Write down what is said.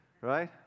right